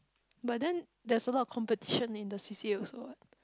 but then there's a lot of competition in the C_C_A also what